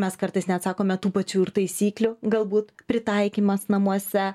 mes kartais net sakome tų pačių ir taisyklių galbūt pritaikymas namuose